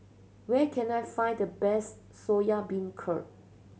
where can I find the best Soya Beancurd